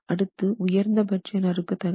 அடுத்து உயர்ந்த பட்ச நறுக்க தகைவு